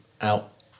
out